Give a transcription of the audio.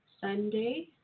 Sunday